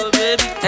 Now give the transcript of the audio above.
baby